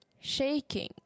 shaking